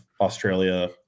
Australia